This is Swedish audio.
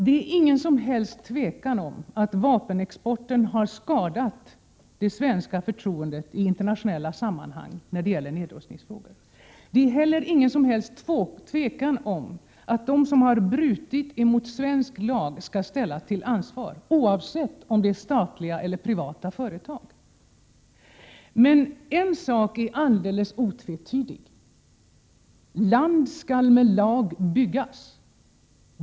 Det råder inga som helst tvivel om att vapenexporten har skadat förtroendet för Sverige i internationella sammanhang när det gäller nedrustningsfrågor. Det råder inte heller något tvivel om att de som har brutit mot svensk lag skall ställas till ansvar, oavsett om det gäller statliga eller privata företag. Men en sak är alldeles otvetydig: Land skall med lag byggas.